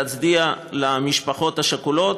להצדיע למשפחות השכולות,